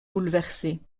bouleversée